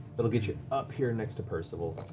that will get you up here next to percival.